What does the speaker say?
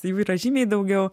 jų yra žymiai daugiau